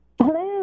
Hello